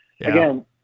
again